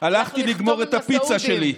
הלכת לחתום עם הסעודים.